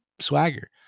swagger